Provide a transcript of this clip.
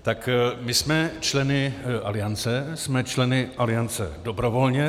Tak my jsme členy Aliance, jsme členy Aliance dobrovolně.